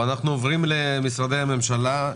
אנחנו עוברים למשרדי הממשלה.